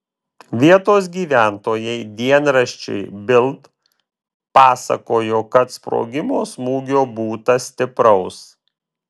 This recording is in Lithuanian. vietos gyventojai dienraščiui bild pasakojo kad sprogimo smūgio būta stipraus